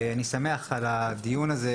אני שמח על הדיון הזה,